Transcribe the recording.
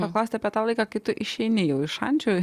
paklausti apie tą laiką kai tu išeini jau iš šančių